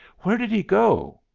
where did he go?